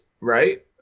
right